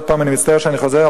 אני מצטער שאני חוזר,